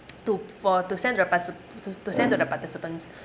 to for to send to the partici~ to to send to the participants